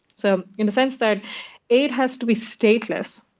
so in the sense that it has to be stateless,